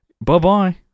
Bye-bye